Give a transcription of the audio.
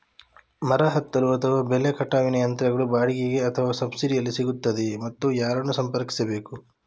ಮರ ಹತ್ತಲು ಅಥವಾ ಬೆಲೆ ಕಟಾವಿನ ಯಂತ್ರಗಳು ಬಾಡಿಗೆಗೆ ಅಥವಾ ಸಬ್ಸಿಡಿಯಲ್ಲಿ ಸಿಗುತ್ತದೆಯೇ ಮತ್ತು ಯಾರನ್ನು ಸಂಪರ್ಕಿಸಬೇಕು?